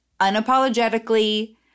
unapologetically